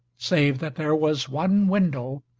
save that there was one window,